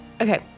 Okay